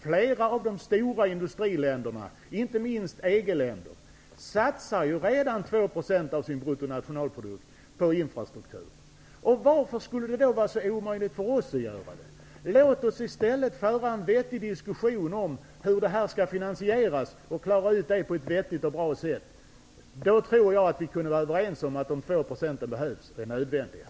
Flera av de stora industriländerna i Europa, inte minst EG-länderna, satsar redan 2 % av sin bruttonationalprodukt på infrastrukturen. Varför skulle det då vara så omöjligt för oss att göra det? Låt oss i stället föra en vettig diskussion om hur det skall finansieras och klara ut det på ett bra sätt. Då tror jag att vi kunde vara överens om att 2 % är nödvändigt.